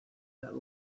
that